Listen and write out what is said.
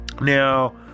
now